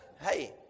Hey